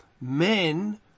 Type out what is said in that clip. men